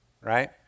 right